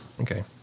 Okay